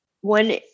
One